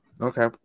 Okay